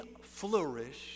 flourish